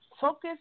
Focus